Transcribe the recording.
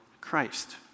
Christ